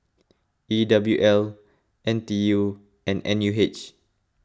E W L N T U and N U H